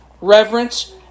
reverence